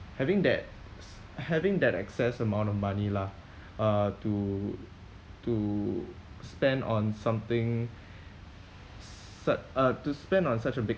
having that s~ having that excess amount of money lah uh to to spend on something su~ uh to spend on such a big